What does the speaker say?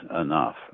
enough